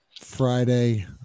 Friday